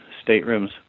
staterooms